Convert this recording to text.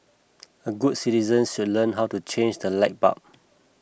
a good citizens should learn how to change the light bulb